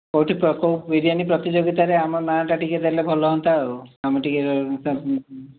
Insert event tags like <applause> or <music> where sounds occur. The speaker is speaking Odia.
କେଉଁଠି କେଉଁ ବିରିୟାନୀ ପ୍ରତିଯୋଗିତାରେ ଆମ ନାଁଟା ଟିକିଏ ଦେଲେ ଭଲ ହୁଅନ୍ତା ଆଉ ଆମେ ଟିକିଏ <unintelligible>